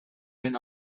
went